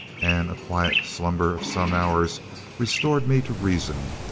and a quiet slumber of some hours restored me to reason,